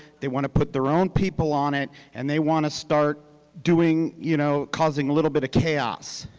they want to put their own people on it, and they want to start doing, you know, causing a little bit of chaos.